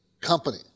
company